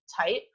type